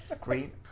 Great